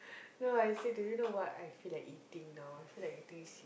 no I say do you know what I feel like eating now I feel like eating s~